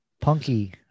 punky